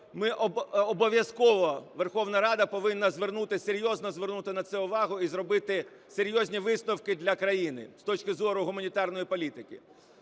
ми обов'язково, Верховна Рада повинна звернути, серйозно звернути на це увагу і зробити серйозні висновки для країни з точки зору гуманітарної політики.